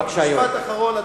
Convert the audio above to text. משפט אחרון.